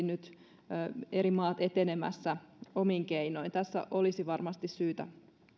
nyt eri maat kansallisesti etenemässä omin keinoin tässä olisi varmasti syytä